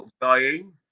Dying